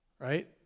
right